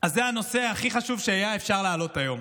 אז זה הנושא הכי חשוב שהיה אפשר להעלות היום.